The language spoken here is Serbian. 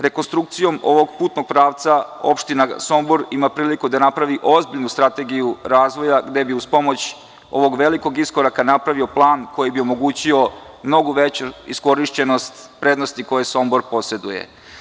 Rekonstrukcijom ovog putnog pravca opština Sombor ima priliku da napravi ozbiljnu strategiju razvoja, gde bi uz pomoć ovog velikog iskoraka napravio plan koji bi omogućio mnogo veću iskorišćenost prednosti koje Sombor poseduje.